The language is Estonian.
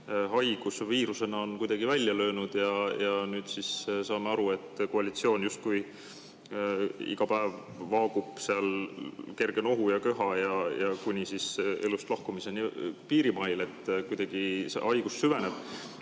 haigus viirusena on kuidagi välja löönud, ja nüüd siis saame aru, et koalitsioon justkui iga päev vaagub seal kerge nohu ja köha kuni siit elust lahkumise piirimail, kuidagi see haigus süveneb.